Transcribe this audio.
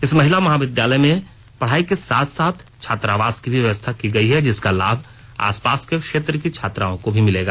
इस महिला महाविद्यालय में पढ़ाई के साथ साथ छात्रावास की भी व्यवस्था की गई है जिसका लाभ आसपास के क्षेत्र की छात्राओं को भी मिलेगा